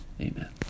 Amen